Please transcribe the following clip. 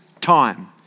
time